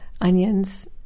onions